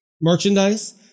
merchandise